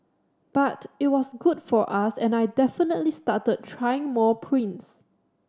but it was good for us and I definitely started trying more prints